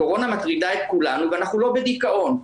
הקורונה מטרידה את כולנו ואנחנו לא בדיכאון.